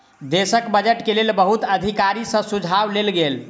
देशक बजट के लेल बहुत अधिकारी सॅ सुझाव लेल गेल